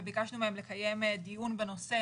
וביקשנו ממנה לקיים דיון בנושא